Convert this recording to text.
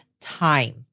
time